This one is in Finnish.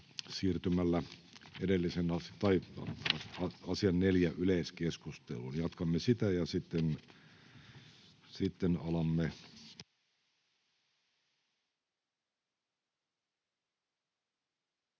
siirtymällä asiakohdan 4 yleiskeskusteluun. Jatkamme sitä ja sitten alamme...